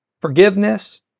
forgiveness